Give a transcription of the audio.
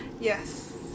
Yes